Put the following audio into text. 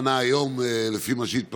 ענה היום, לפי מה שהתפרסם,